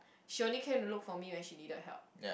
she only came to look for me when she need a help